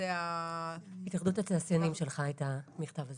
התאחדות התעשיינים שלחה את המכתב הזה.